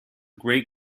great